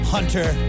Hunter